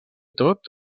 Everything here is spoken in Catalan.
tot